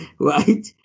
Right